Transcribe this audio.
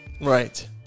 Right